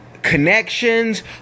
connections